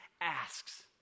asks